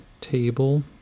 table